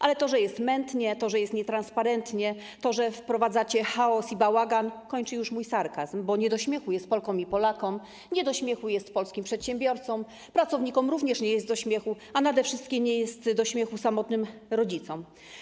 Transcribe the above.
Ale to, że jest mętnie, to, że jest nietransparentnie, i to, że wprowadzacie chaos i bałagan, kończy już mój sarkazm, bo nie do śmiechu jest Polkom i Polakom, nie do śmiechu jest polskim przedsiębiorcom, pracownikom również nie jest do śmiechu, a nade wszystko nie jest do śmiechu samotnym rodzicom.